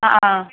ആ ആ